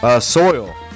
Soil